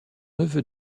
neveu